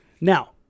now